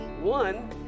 one